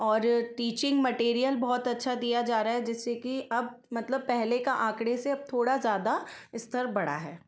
और teaching material बहुत अच्छा दिया जा रहा है जैसे कि अब मतलब पहले का आँकड़े से अब थोड़ा ज़्यादा इस्तर बढ़ा है